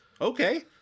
Okay